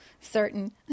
certain